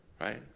right